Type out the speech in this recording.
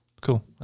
cool